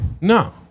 No